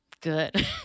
good